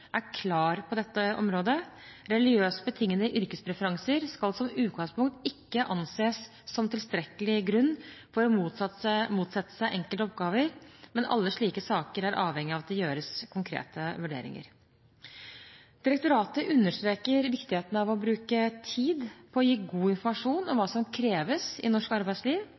er klar på dette området. Religiøst betingede yrkespreferanser skal som utgangspunkt ikke anses som tilstrekkelig grunn for å motsette seg enkelte oppgaver, men alle slike saker er avhengig av at det gjøres konkrete vurderinger. Direktoratet understreker viktigheten av å bruke tid på å gi god informasjon om hva som kreves i norsk arbeidsliv,